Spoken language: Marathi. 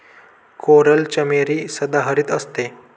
कोरल चमेली सदाहरित असते